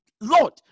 lord